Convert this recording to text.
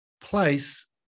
place